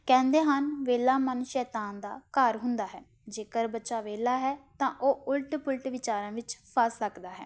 ਕਹਿੰਦੇ ਹਨ ਵਿਹਲਾ ਮਨ ਸ਼ੈਤਾਨ ਦਾ ਘਰ ਹੁੰਦਾ ਹੈ ਜੇਕਰ ਬੱਚਾ ਵਿਹਲਾ ਹੈ ਤਾਂ ਉਹ ਉਲਟ ਪੁਲਟ ਵਿਚਾਰਾਂ ਵਿੱਚ ਫਸ ਸਕਦਾ ਹੈ